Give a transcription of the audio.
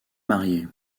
mariée